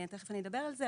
תכף אני אדבר על זה,